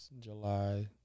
July